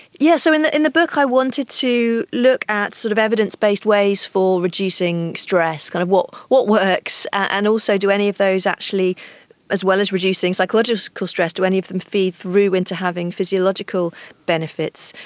yes, so in the in the book i wanted to look at sort of evidence-based ways for reducing stress, kind of what what works, and also do any of those actually as well as reducing psychological stress, do any of them feed through into having physiological benefits.